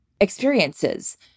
experiences